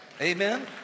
Amen